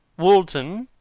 woolton,